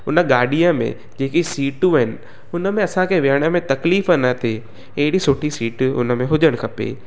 हुन गाॾीअ में जेकी सीटूं आहिनि हुन में असांखे वेहण में तकलीफ़ न थिए हेॾी सुठी सीटूं हुन में हुजण खपे